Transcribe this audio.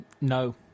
No